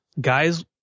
guys